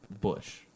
bush